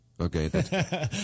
Okay